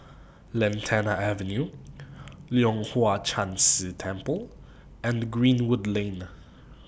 Lantana Avenue Leong Hwa Chan Si Temple and Greenwood Lane